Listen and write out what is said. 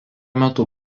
metu